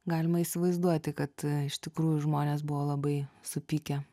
galima įsivaizduoti kad iš tikrųjų žmonės buvo labai supykę